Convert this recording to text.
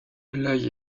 l’œil